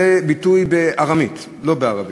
זה ביטוי בארמית ולא בערבית,